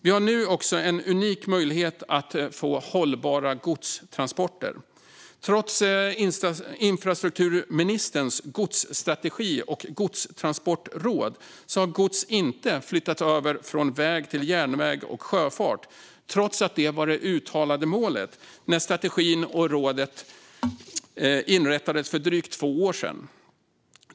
Vi har nu också en unik möjlighet att få hållbara godstransporter. Trots infrastrukturministerns godsstrategi och godstransportråd har gods inte flyttats över från väg till järnväg och sjöfart, trots att detta var det uttalade målet när strategin och rådet inrättades för drygt två år sedan.